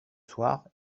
soir